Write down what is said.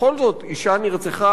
בכל זאת אשה נרצחה,